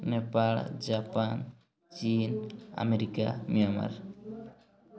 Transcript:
Nepal Japan ଚୀନ America Myanmar